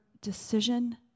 decision